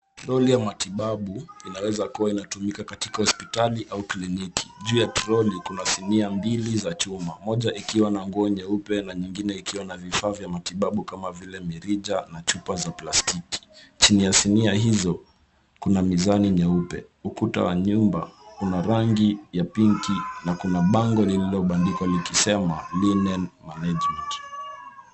[Trolley] ya matibabu inaweza kuwa inatumika katika hospitali au kliniki, juu ya[ Trolley] kuna sinia mbili za chuma moja ikiwa na nguo nyeupe na nyingine ikiwa na vifaa vya matibabu kama vile mirija na chupa za plastiki, chini ya sinia hizo kuna mizani nyeupe ukuta wa nyumba una rangi ya pinki na kuna bango lililobandikwa likisema[ Linen management].